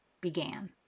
began